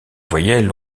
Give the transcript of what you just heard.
voyelles